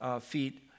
feet